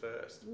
first